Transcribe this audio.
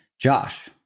Josh